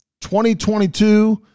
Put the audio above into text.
2022